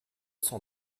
cent